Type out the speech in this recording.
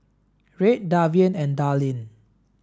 Reid Davian and Darlene